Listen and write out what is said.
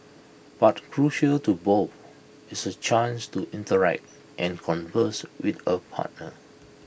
but crucial to both is A chance to interact and converse with A partner